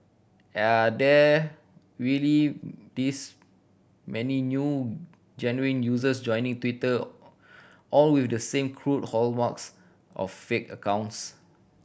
are there really this many new genuine users joining Twitter all with the same crude hallmarks of fake accounts